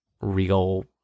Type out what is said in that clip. real